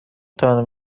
توانم